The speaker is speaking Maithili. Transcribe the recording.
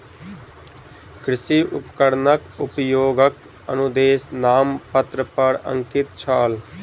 कृषि उपकरणक उपयोगक अनुदेश नामपत्र पर अंकित छल